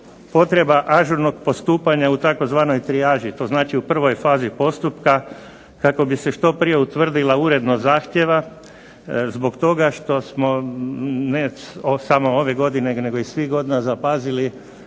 potreba ažurnog postupanja u tzv. trijaži. To znači u prvoj fazi postupka kako bi se što prije utvrdila urednost zahtjeva zbog toga što smo ne samo ove godine nego i svih godina zapazili